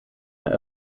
mehr